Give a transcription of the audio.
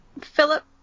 Philip